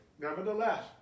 Nevertheless